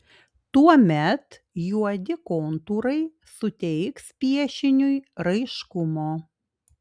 tuomet juodi kontūrai suteiks piešiniui raiškumo